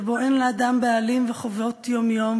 שבו אין לאדם בעלים וחובות יום-יום,